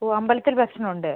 ഓ അമ്പലത്തിൽ ഭക്ഷണം ഉണ്ട്